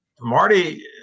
marty